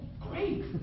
great